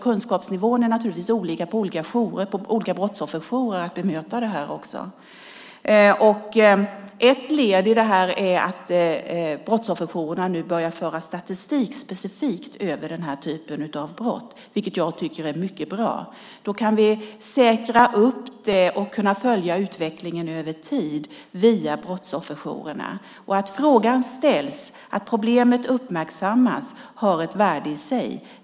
Kunskapsnivån för att bemöta detta är naturligtvis olika på olika brottsofferjourer. Ett led i detta är att brottsofferjourerna nu börjar föra statistik specifikt över denna typ av brott, vilket är mycket bra. Då kan vi säkra upp det och följa utvecklingen över tid via brottsofferjourerna. Att frågan ställs och att problemet uppmärksammas har ett värde i sig.